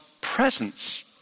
presence